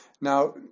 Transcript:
Now